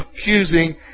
accusing